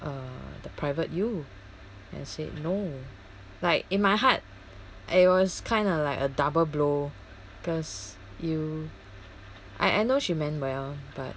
uh the private U I say no like in my heart I was kinda like a double blow cause you I I know she meant well but